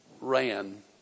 ran